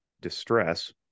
distress